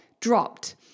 dropped